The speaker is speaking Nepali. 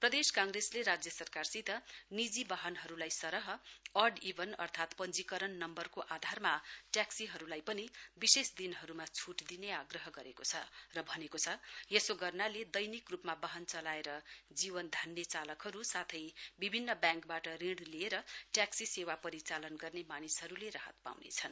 प्रदेश कांग्रेसले राज्य सरकारसित निजी वाहनहरूलाई सरह अड इभन अर्थात् पञ्जीकरण नम्बरको आधारमा ट्याक्सीहरूलाई पनि विशेष दिनहरूमा छुट दिने आग्रह गरेको छ र भनेको छ यसो गर्नाले दैनिक रूपमा वाहन चलाएर जीविका धान्ने चालकहरू साथै विभिन्न ब्याङ्कबाट ऋण लिएर ट्याक्सी सेवा परिचालन गर्ने मानिसहरूले राहत पाउनेछन्